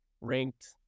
ranked